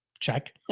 Check